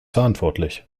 verantwortlich